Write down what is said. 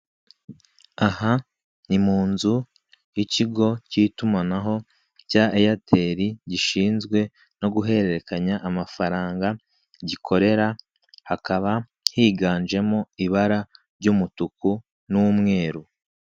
Aha ni munzu y'ikigo k'itumanaho cya eyateri, gishinzwe no guhererekanya amafaranga gikorera hakaba higanjemo ibara ry'umutuku n'umweru.